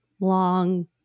long